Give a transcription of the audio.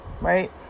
Right